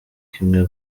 kimwe